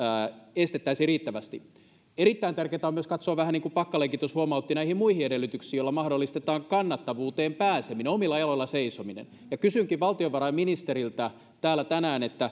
estettäisiin riittävästi erittäin tärkeätä on myös katsoa vähän niin kuin packalenkin tuossa huomautti näihin muihin edellytyksiin joilla mahdollistetaan kannattavuuteen pääseminen omilla jaloilla seisominen ja kysynkin valtiovarainministeriltä täällä tänään